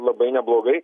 labai neblogai